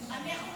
גם לא